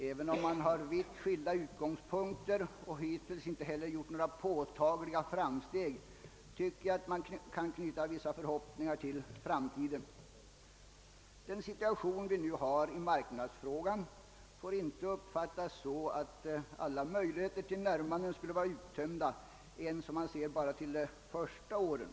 Även om man har vitt skilda utgångspunkter och hittills inte gjort några påtagliga framsteg, kan man knyta vissa förhoppningar till framtiden. Den situation vi nu har i marknadsfrågan får inte uppfattas så, att alla möjligheter till närmanden skulle vara uttömda ens om man ser bara till de första åren.